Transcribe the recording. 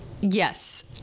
Yes